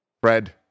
fred